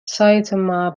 saitama